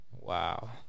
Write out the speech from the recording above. Wow